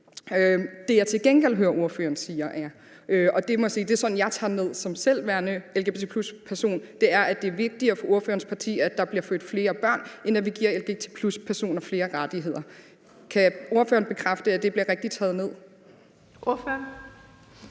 Det, jeg til gengæld hører ordføreren sige – og jeg må sige, at det er sådan, jeg selv tager det ned som værende lgbt+-person – er, at det er vigtigere for ordførerens parti, at der bliver født flere børn, end at vi giver lgbt+-personer flere rettigheder. Kan ordføreren bekræfte, at det bliver taget rigtigt ned? Kl.